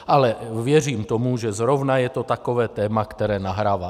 Ale věřím tomu, že zrovna je to takové téma, které nahrává.